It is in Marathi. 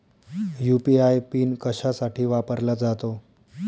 यू.पी.आय पिन कशासाठी वापरला जातो?